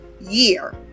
year